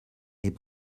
est